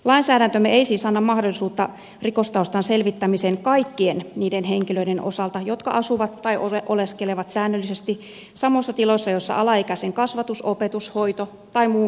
lainsäädäntömme ei siis anna mahdollisuutta rikostaustan selvittämiseen kaikkien niiden henkilöiden osalta jotka asuvat tai oleskelevat säännöllisesti samoissa tiloissa joissa alaikäisen kasvatus opetus hoito tai muu huolenpito tapahtuu